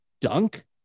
dunk